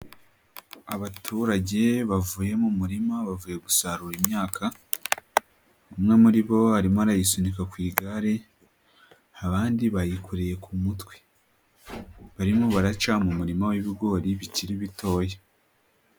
Abaturage bavuye mu muririma, bavuye gusarura imyaka, umwe muri bo harimo arayisunika ku igare, abandi bayikoreye ku mutwe. Barimo baraca mu murima w'ibigori bikiri bitoya.